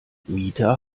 mieter